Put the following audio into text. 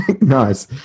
Nice